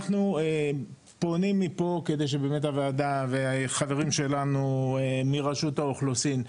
אנחנו פונים מפה כדי שהוועדה והחברים שלנו מרשות האוכלוסין.